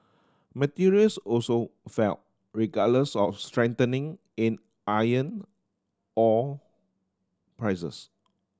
materials also fell regardless of strengthening in iron ore prices